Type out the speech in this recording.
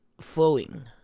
flowing